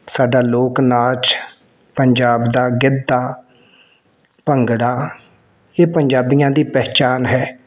ਸਾਡਾ ਲੋਕ ਨਾਚ ਪੰਜਾਬ ਦਾ ਗਿੱਧਾ ਭੰਗੜਾ ਇਹ ਪੰਜਾਬੀਆਂ ਦੀ ਪਹਿਚਾਣ ਹੈ